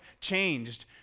changed